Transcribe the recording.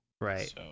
Right